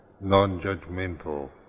non-judgmental